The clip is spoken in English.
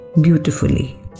beautifully